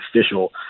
official